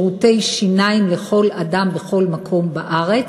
טיפולי שיניים לכל אדם בכל מקום בארץ,